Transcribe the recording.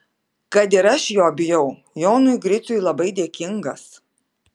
kad ir aš jo bijau jonui griciui labai dėkingas